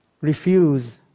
refuse